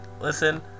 Listen